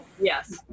yes